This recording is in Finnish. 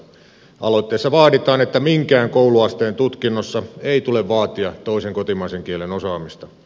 aloitteessa vaaditaan että minkään kouluasteen tutkinnossa ei tule vaatia toisen kotimaisen kielen osaamista